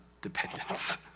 dependence